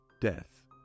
Death